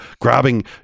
grabbing